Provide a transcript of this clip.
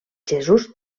jesús